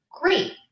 great